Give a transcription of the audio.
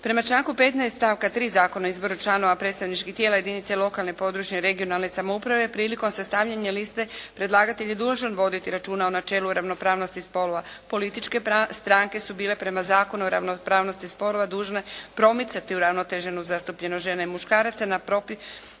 Prema članku 15. stavka 3. Zakona o izboru članova predstavničkih tijela jedinica lokalne i područne (regionalne) samouprave prilikom sastavljanja liste predlagatelj je dužan voditi računa o načelu ravnopravnosti spolova. Političke stranke su bile prema Zakonu o ravnopravnosti spolova bile dužne promicati uravnoteženu zastupljenost žene i muškaraca na popisima